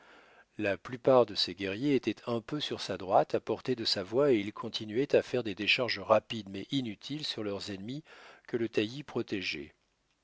la plupart de ses guerriers étaient un peu sur sa droite à portée de sa voix et ils continuaient à faire des décharges rapides mais inutiles sur leurs ennemis que le taillis protégeait